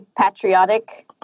patriotic